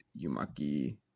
yumaki